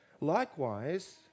Likewise